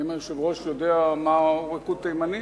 האם אדוני יודע מהו ריקוד תימני?